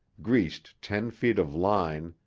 greased ten feet of line,